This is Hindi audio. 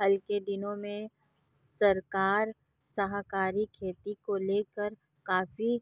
हाल के दिनों में सरकार सहकारी खेती को लेकर काफी